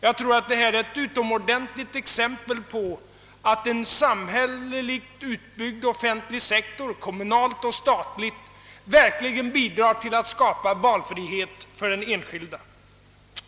Detta är ett utomordentligt exempel på att en samhälleligt utbyggd offentlig sektor kommunalt och statligt verkligen bidrar till att skapa valfrihet för den enskilde.